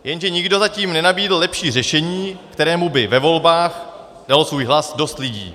Jenže nikdo zatím nenabídl lepší řešení, kterému by ve volbách dalo svůj hlas dost lidí.